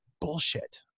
bullshit